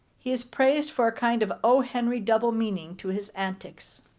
he is praised for a kind of o. henry double meaning to his antics.